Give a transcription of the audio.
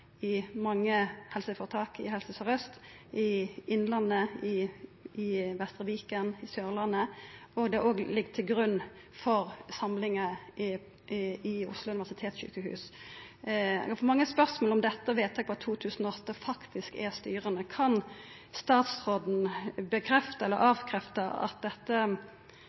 i mange helseføretak, i Helse Sør-Aust, i Innlandet, i Vestre Viken, i Sørlandet, og det ligg òg til grunn for samlinga i Oslo universitetssjukehus. Eg har fått mange spørsmål om dette vedtaket frå 2008 faktisk er styrande. Kan statsråden bekrefta eller avkrefta at dette